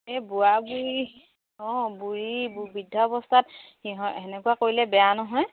এই বুঢ়া বুঢ়ী অঁ বুঢ়ী বৃদ্ধ অৱস্থাত সেনেকুৱা কৰিলে বেয়া নহয়